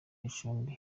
gicumbi